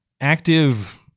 active